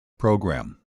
program